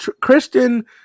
Christian